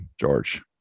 George